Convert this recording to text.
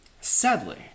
Sadly